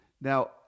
Now